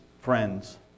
friends